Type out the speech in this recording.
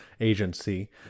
Agency